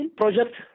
project